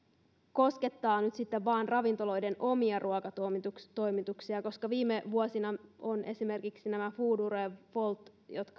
koskettaa nyt sitten vain ravintoloiden omia ruokatoimituksia viime vuosina ovat esimerkiksi foodora ja wolt